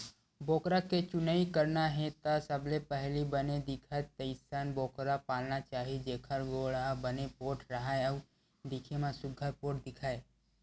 बोकरा के चुनई करना हे त सबले पहिली बने दिखय तइसन बोकरा पालना चाही जेखर गोड़ ह बने पोठ राहय अउ दिखे म सुग्घर पोठ दिखय